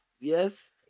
Yes